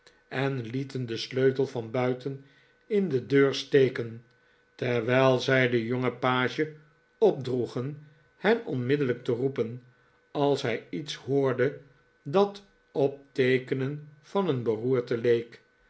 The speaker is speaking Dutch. en lieten den sleutel van buiten in de deur steken terwijl zij den jongen page opdroegen hen onmiddellijk te roepen als hij iets hoorde dat op teekenen van een beroerte leek